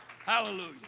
Hallelujah